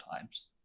times